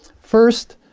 first,